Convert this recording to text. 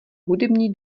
hudební